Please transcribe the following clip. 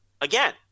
again